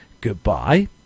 goodbye